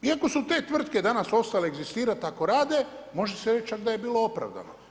Iako su te tvrtke, danas, ostale egzistirati ako rade, može se reći, čak da je bio opravdano.